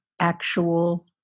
actual